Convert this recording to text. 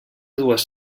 dues